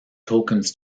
tokens